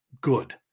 good